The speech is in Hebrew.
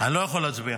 אני לא יכול להצביע.